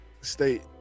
state